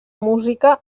música